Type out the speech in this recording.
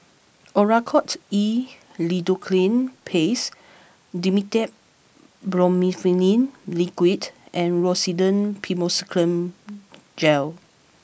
Oracort E Lidocaine Paste Dimetapp Brompheniramine Liquid and Rosiden Piroxicam Gel